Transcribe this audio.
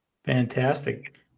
Fantastic